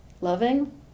loving